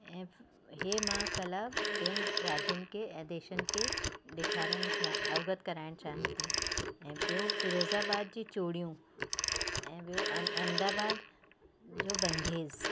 ऐं इहे मां कला ॿियनि राज्यनि खे ऐं देशनि खे ॾेखारणु चा अवगत कराइणु चाहियां थी ऐं ॿियो फिरोज़ाबाद जी चूड़ियूं ऐं ॿियो अम अहमदाबाद जो बंधेज़